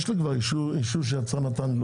יש כבר אישור שהיצרן נתן.